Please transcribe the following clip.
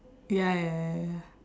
ya ya ya